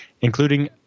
including